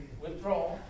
withdraw